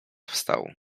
wstał